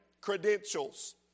credentials